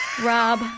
Rob